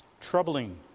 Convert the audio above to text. troubling